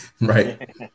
Right